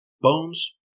Bones